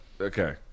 okay